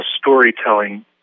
storytelling